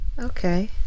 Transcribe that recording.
Okay